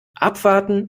abwarten